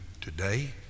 today